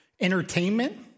Entertainment